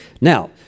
Now